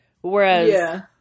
whereas